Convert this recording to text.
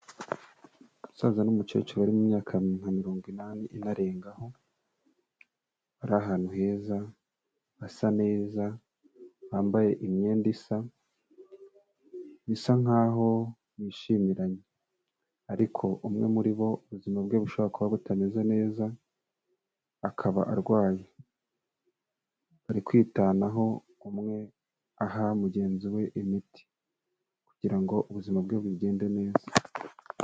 Umusaza n'umukecuru bari mu myaka nka mirongo inani inarengaho, bari ahantu heza hasa neza, bambaye imyenda isa, bisa nkaho bishimiranye ariko umwe muri bo ubuzima bwe bushobora kuba butameze neza akaba arwaye, bari kwitanaho umwe aha mugenzi we imiti kugira ngo ubuzima bwe bugende neza.